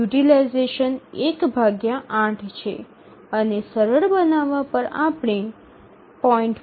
utilisation છે અને સરળ બનાવવા પર આપણને 0